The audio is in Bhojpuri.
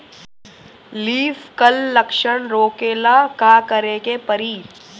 लीफ क्ल लक्षण रोकेला का करे के परी?